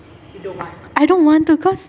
I don't want to cause